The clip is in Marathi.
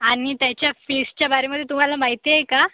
आणि त्याच्या फीजच्या बारेमध्ये तुम्हाला माहिती आहे का